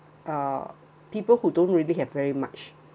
uh people who don't really have very much